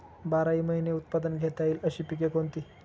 बाराही महिने उत्पादन घेता येईल अशी पिके कोणती?